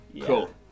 Cool